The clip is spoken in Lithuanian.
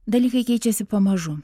dalykai keičiasi pamažu